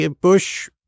Bush